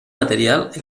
material